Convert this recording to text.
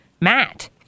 Matt